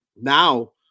Now